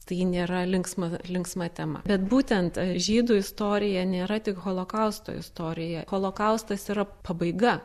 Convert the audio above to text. tai nėra linksma linksma tema bet būtent žydų istorija nėra tik holokausto istorija holokaustas yra pabaiga